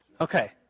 Okay